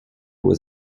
was